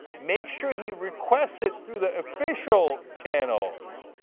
make sure he requested to the official channels.